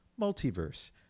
multiverse